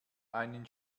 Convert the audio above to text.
einen